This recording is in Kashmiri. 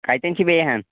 کَتٮ۪ن چھِ بیٚیہِ ہَن